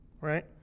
right